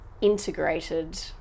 integrated